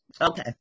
Okay